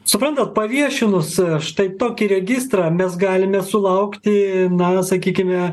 suprantat paviešinus štai tokį registrą mes galime sulaukti na sakykime